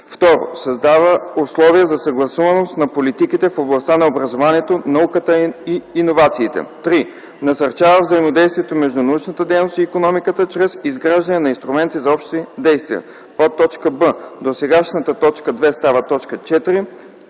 „2. създава условия за съгласуваност на политиките в областта на образованието, науката и иновациите; 3. насърчава взаимодействието между научната дейност и икономиката чрез изграждане на инструменти за общи действия;”; б) досегашната т. 2 става т. 4;